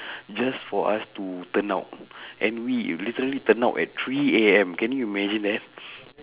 just for us to turnout and we literally turnout at three A_M can you imagine that